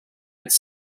its